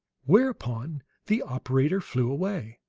whereupon the operator flew away,